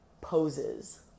poses